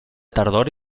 tardor